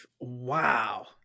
Wow